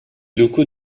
locaux